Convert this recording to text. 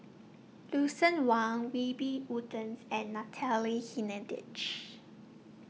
Lucien Wang Wiebe Wolters and Natalie Hennedige